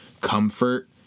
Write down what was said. comfort